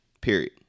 period